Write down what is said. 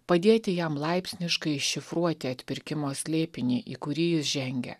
padėti jam laipsniškai šifruoti atpirkimo slėpinį į kurį jis žengia